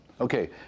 Okay